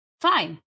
Fine